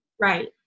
Right